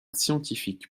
scientifique